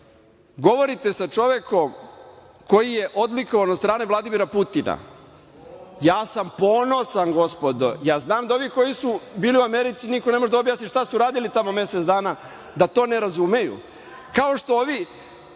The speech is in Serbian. govorite sa čovekom koji je odlikovan od strane Vladimira Putina. Ja sam ponosan, ja znam da ovi koji su bili u Americi niko ne može da objasni šta su radili tamo mesec dana, da to ne razumeju. Vi ste ti